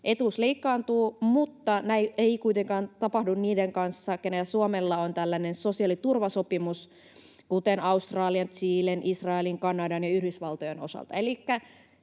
etuus leikkaantuu mutta näin ei kuitenkaan tapahdu niissä maissa, joilla on Suomen kanssa tällainen sosiaaliturvasopimus, kuten Australian, Chilen, Israelin, Kanadan ja Yhdysvaltojen osalta.